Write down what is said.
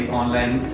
online